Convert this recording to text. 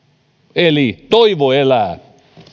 eli toivo elää